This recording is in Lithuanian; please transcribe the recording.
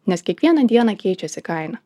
nes kiekvieną dieną keičiasi kaina